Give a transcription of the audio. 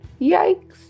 Yikes